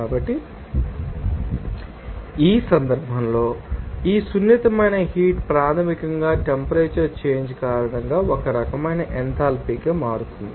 కాబట్టి ఈ సందర్భంలో ఈ సున్నితమైన హీట్ ప్రాథమికంగా టెంపరేచర్ చేంజ్ కారణంగా ఒక రకమైన ఎంథాల్పీ మారుతుంది